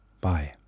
Bye